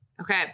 Okay